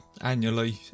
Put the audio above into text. annually